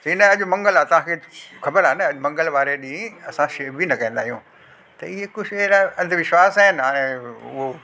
चईं न अॼु मंगल आहे तव्हांखे ख़बर आ्हे न तव्हांखे मंगल वारे ॾींहुं असां शेव बि न कंदा आहियूं त इहे कुझु अहिड़ा अंधविश्वास आहिनि हाणे उहो